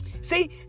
see